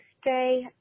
stay